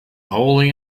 holly